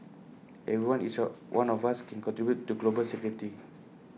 everyone each A one of us can contribute to global security